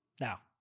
Now